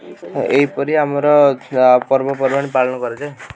ହଁ ଏହି ପରି ଆମର ପର୍ବପର୍ବାଣୀ ପାଳନ କରାଯାଏ